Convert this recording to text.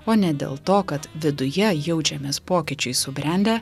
o ne dėl to kad viduje jaučiamės pokyčiui subrendę